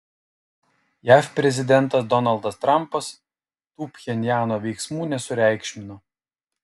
jav prezidentas donaldas trampas tų pchenjano veiksmų nesureikšmino